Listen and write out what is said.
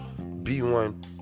B1